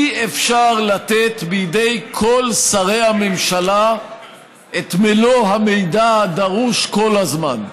אי-אפשר לתת בידי כל שרי הממשלה את מלוא המידע הדרוש כל הזמן.